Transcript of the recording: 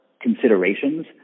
considerations